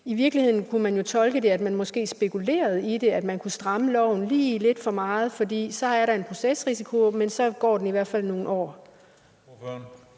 I virkeligheden kunne man tolke det sådan, at der bliver spekuleret i at stramme loven lidt for meget, for så er der en procesrisiko. Men så går den i hvert fald nogle år.